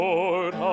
Lord